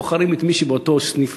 בוחרים את מי שמצליח באותו סניף,